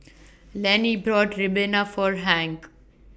Lannie bought Ribena For Hank